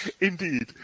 Indeed